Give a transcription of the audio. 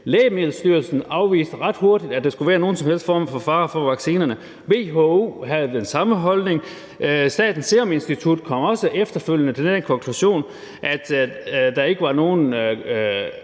Lægemiddelstyrelsen afviste ret hurtigt, at der skulle være nogen som helst form for fare for vaccinerne. WHO havde den samme holdning, Statens Seruminstitut kom også efterfølgende til den konklusion. De gav i hvert